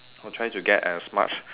for trying to get as much